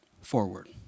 forward